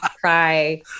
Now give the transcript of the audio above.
cry